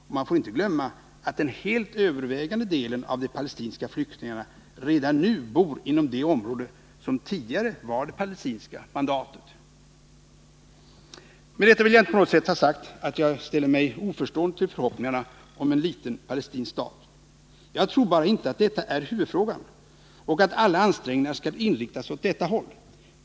Och man får inte glömma att den helt övervägande delen av de palestinska flyktingarna redan nu bor inom det område som tidigare var det palestinska mandatet. Med detta vill jag inte på något sätt ha sagt att jag ställer mig oförstående till förhoppningarna om en liten palestinsk stat. Jag tror bara inte att detta är huvudfrågan och att alla ansträngningar skall inriktas åt detta håll.